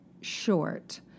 short